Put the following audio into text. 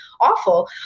awful